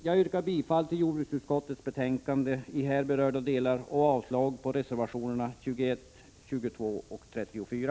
Jag yrkar bifall till jordbruksutskottets hemställan i här berörda delar av betänkandet och avslag på reservationerna 21, 22 och 34.